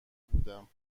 بودم